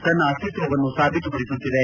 ತನ್ನ ಅಸ್ತಿತ್ವವನ್ನು ಸಾಬೀತುಪಡಿಸುತ್ತಿದೆ